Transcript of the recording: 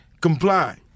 comply